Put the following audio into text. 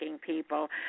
People